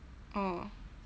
oh